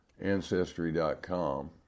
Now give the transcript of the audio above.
Ancestry.com